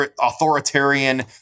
authoritarian